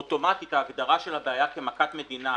אוטומטית ההגדרה של הבעיה כמכת מדינה